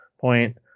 point